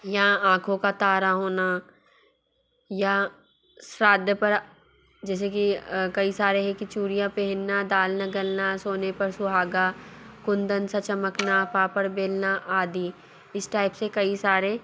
या आँखों का तारा होना या साद्य परा जैसे कि कई सारे है कि चूड़ियाँ पहनना दाल ना गलना सोने पर सुहागा कुंदन सा चमकना पापड़ बेलना आदि इस टाइप से कई सारे